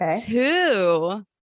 two